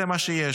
זה מה שיש.